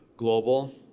Global